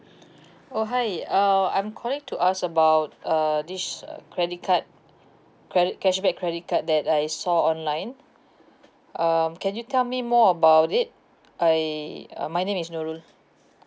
oh hi err I'm calling to ask about uh this uh credit card credit cashback credit card that I saw online um can you tell me more about it I uh my name is nurul